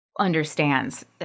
Understands